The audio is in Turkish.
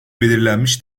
belirlenmiş